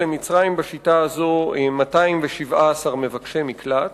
למצרים בשיטה הזאת 217 מבקשי מקלט.